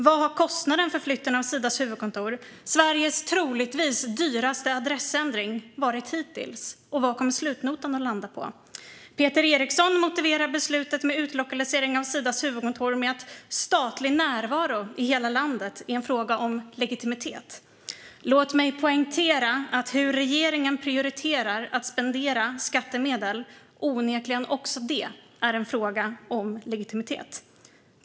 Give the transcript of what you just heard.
Vad har kostnaden för flytten av Sidas huvudkontor, Sveriges troligtvis dyraste adressändring, varit hittills, och vad kommer slutnotan att landa på? Peter Eriksson motiverar beslutet om utlokalisering av Sidas huvudkontor med att statlig närvaro i hela landet är en fråga om legitimitet. Låt mig poängtera att hur regeringen prioriterar att spendera skattemedel onekligen också är en fråga om legitimitet.